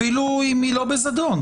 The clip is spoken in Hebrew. אפילו אם היא לא בזדון.